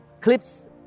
clips